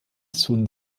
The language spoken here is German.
sun